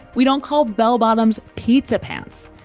we don't call bell bottoms, pizza pans.